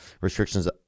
Restrictions